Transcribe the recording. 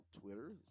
Twitter